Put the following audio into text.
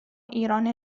ایران